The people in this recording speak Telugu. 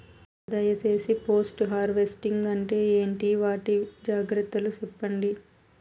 దయ సేసి పోస్ట్ హార్వెస్టింగ్ అంటే ఏంటి? వాటి జాగ్రత్తలు సెప్పండి?